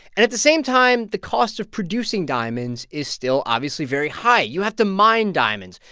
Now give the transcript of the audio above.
and at the same time, the cost of producing diamonds is still obviously very high. you have to mine diamonds,